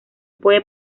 puede